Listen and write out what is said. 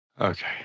Okay